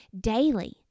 Daily